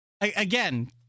again